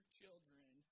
children